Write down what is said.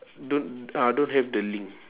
don't ah don't have the link